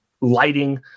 lighting